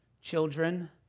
children